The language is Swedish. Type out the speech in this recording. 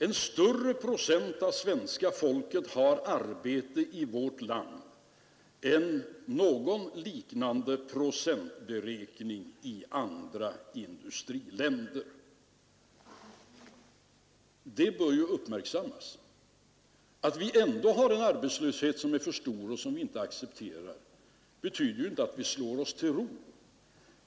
En beräkning av andelen som har arbete i industriländerna visar sålunda att en större procent av svenska folket har arbete än vad fallet är i andra industriländer. Det bör ju uppmärksammas. Att vi ändå har en arbetslöshet som är för stor och som vi inte accepterar, betyder ju inte att vi slår oss till ro.